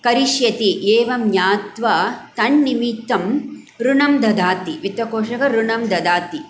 करिष्यति एवं ज्ञात्वा तन्निमित्तं ऋणं ददाति वित्तकोशः ऋणं ददाति